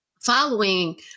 following